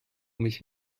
mich